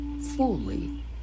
fully